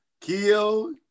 Keo